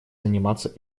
заниматься